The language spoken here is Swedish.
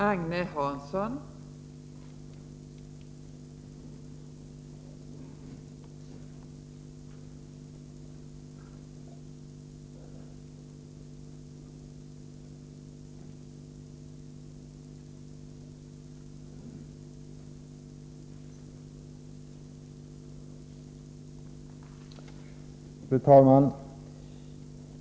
Fru talman!